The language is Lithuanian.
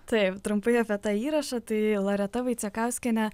taip trumpai apie tą įrašą tai loreta vaicekauskienė